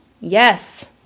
yes